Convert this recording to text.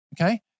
Okay